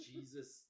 Jesus